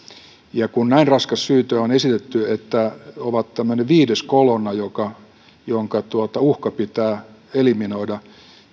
ja kun näin raskas syyte on esitetty että he ovat tämmöinen viides kolonna jonka uhka pitää eliminoida